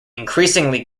increasingly